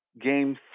game